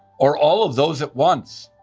or all of those at once,